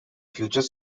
future